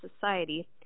Society